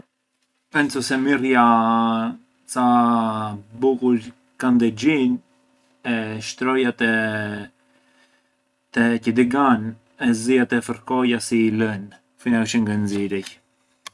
Pensu se mirrja ca bukur kandexhin, e shtroja te-te qi digan e zëja të fërkoja si i lën, fina çë ngë nxirej.